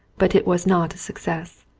but it was not a success.